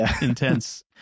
intense